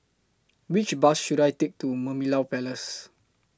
Which Bus should I Take to Merlimau Place